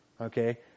Okay